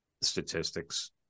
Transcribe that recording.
statistics